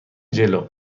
جلو